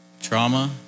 Trauma